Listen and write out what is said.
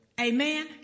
Amen